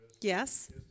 Yes